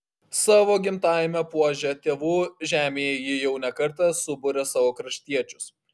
savo gimtajame puože tėvų žemėje ji jau ne kartą suburia savo kraštiečius